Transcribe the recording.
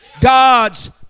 God's